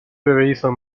bebedizo